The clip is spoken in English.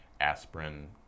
aspirin